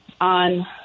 on